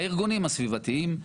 הארגונים הסביבתיים,